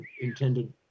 intended